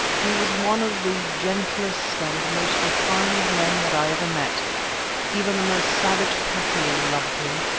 he was one of the gentlest and most refined men that i ever met even the most savage kaffir loved him,